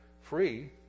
free